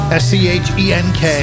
s-c-h-e-n-k